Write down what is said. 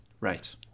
Right